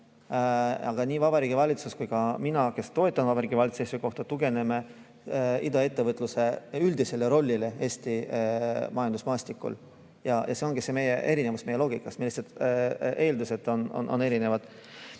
Aga nii Vabariigi Valitsus kui ka mina, kes ma toetan Vabariigi Valitsuse seisukohta, tugineme iduettevõtluse üldisele rollile Eesti majandusmaastikul. See ongi see erinevus meie loogikas, eeldused on erinevad. Mis